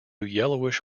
yellowish